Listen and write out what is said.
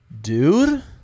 Dude